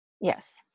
Yes